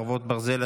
חרבות ברזל),